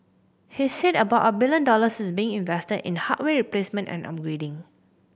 he said about a billion dollars is being invested in hardware replacement and upgrading